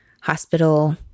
hospital